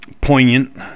poignant